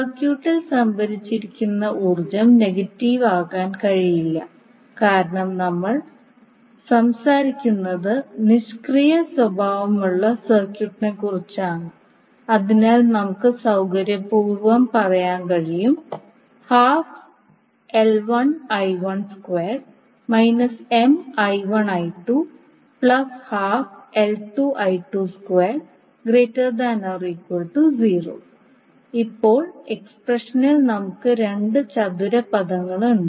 സർക്യൂട്ടിൽ സംഭരിച്ചിരിക്കുന്ന ഊർജ്ജം നെഗറ്റീവ് ആകാൻ കഴിയില്ല കാരണം നമ്മൾ സംസാരിക്കുന്നത് നിഷ്ക്രിയ സ്വഭാവമുള്ള സർക്യൂട്ടിനെക്കുറിച്ചാണ് അതിനാൽ നമുക്ക് സൌകര്യപൂർവ്വം പറയാൻ കഴിയും ഇപ്പോൾ എക്സ്പ്രഷനിൽ നമുക്ക് രണ്ട് ചതുര പദങ്ങളുണ്ട്